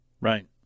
Right